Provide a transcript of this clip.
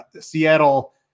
Seattle